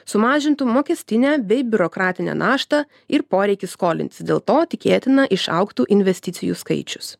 sumažintų mokestinę bei biurokratinę naštą ir poreikį skolintis dėl to tikėtina išaugtų investicijų skaičius